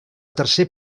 tercer